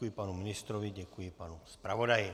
Děkuji panu ministrovi, děkuji panu zpravodaji.